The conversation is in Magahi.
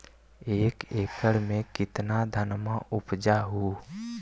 एक एकड़ मे कितना धनमा उपजा हू?